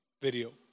video